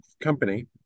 company